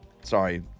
Sorry